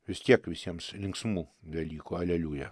vis tiek visiems linksmų velykų aleliuja